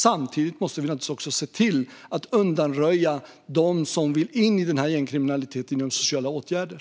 Samtidigt måste vi naturligtvis också se till att undanröja dem som vill in i gängkriminaliteten genom sociala åtgärder.